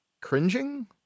cringing